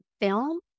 film